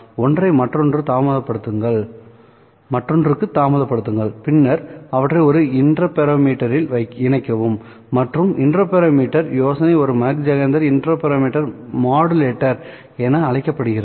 ஒன்றை மற்றொன்றுக்கு தாமதப்படுத்துங்கள்பின்னர் அவற்றை ஒரு இன்டர்ஃபெரோமீட்டரில் இணைக்கவும் மற்றும் இன்டர்ஃபெரோமீட்டர் யோசனை ஒரு மாக் ஜெஹெண்டர் இன்டர்ஃபெரோமீட்டர் மாடுலேட்டர் என அழைக்கப்படுகிறது